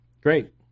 great